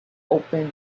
open